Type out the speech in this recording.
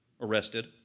arrested